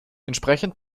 entsprechend